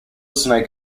snake